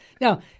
Now